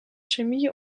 chemie